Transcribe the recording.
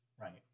Right